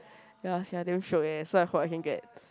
ya sia damn shiok eh so I hope I can get